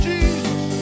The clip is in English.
Jesus